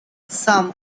some